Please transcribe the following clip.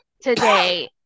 today